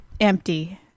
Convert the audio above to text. empty